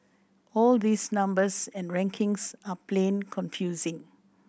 all these numbers and rankings are plain confusing